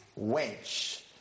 wench